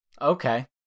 okay